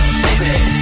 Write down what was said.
baby